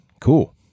Cool